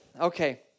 Okay